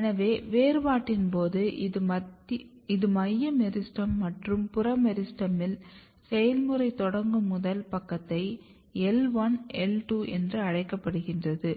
எனவே வேறுபாட்டின் போது இது மைய மெரிஸ்டெம் மற்றும் புற மெரிஸ்டெமில் செயல்முறை தொடங்கும் முதல் பக்கத்தை L 1 L 2 என அழைக்கப்படுகிறது